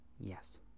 Yes